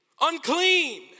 unclean